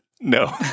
No